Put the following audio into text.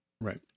Right